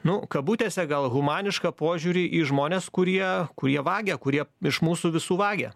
nu kabutėse gal humanišką požiūrį į žmones kurie kurie vagia kurie iš mūsų visų vagia